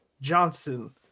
Johnson